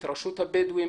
את רשות הבדואים,